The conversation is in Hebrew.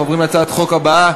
אנחנו עוברים להצעת החוק הבאה,